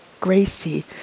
Gracie